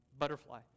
butterfly